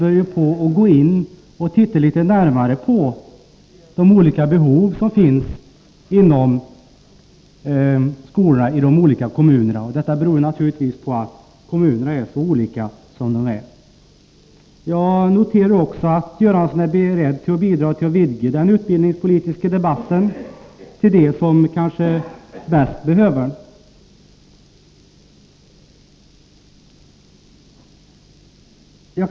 Vi måste kanske se litet närmare på hur behoven skiftar i skolorna ute i kommunerna. Orsaken är ju den att kommunerna är så olika. Jag noterar också att statsrådet Göransson är beredd att bidra till att vidga den utbildningspolitiska debatten till att omfatta dem som kanske mest behöver den.